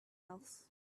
else